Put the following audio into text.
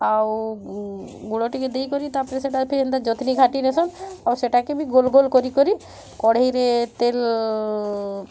ଆଉ ଗୁଡ଼ ଟିକେ ଦେଇକରି ତା' ପରେ ସେଟା ଫେର୍ ହେନ୍ତା ଜତ୍ନି ଘାଣ୍ଟିନେସନ୍ ଆଉ ସେଟାକେ ବି ଗୋଲ୍ ଗୋଲ୍ କରିକରି କଢ଼େଇରେ ତେଲ୍